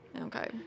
Okay